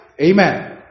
Amen